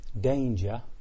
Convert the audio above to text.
danger